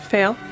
Fail